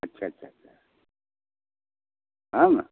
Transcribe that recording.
अच्छा अच्छा अच्छा हम